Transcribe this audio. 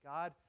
God